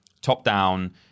top-down